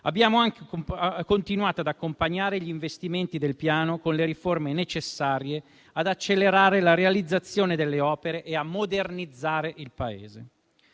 abbiamo anche continuato ad accompagnare gli investimenti del piano con le riforme necessarie ad accelerare la realizzazione delle opere e a modernizzare il Paese: